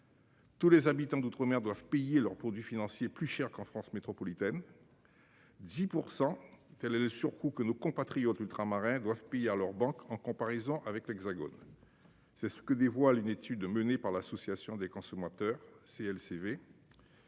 Tous les habitants d'Outre-mer doivent payer leurs produits financiers plus cher qu'en France métropolitaine. 10%. Quel est le surcoût que nos compatriotes ultramarins doivent pire leur banque en comparaison avec l'Hexagone. C'est ce que dévoile une étude menée par l'association des consommateurs CLCV.